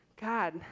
God